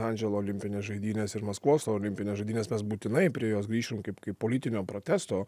andželo olimpines žaidynes ir maskvos olimpines žaidynes mes būtinai prie jos grįšim kaip kaip politinio protesto